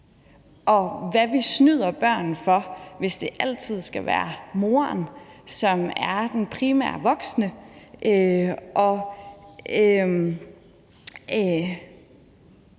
og hvad vi snyder børn for, hvis det altid skal være moren, som er den primære voksne. Og jeg